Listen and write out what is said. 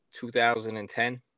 2010